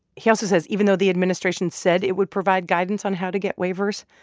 he also says even though the administration said it would provide guidance on how to get waivers,